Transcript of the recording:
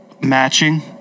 matching